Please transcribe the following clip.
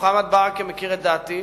חבר הכנסת מוחמד ברכה מכיר את דעתי.